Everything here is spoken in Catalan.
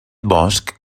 bosc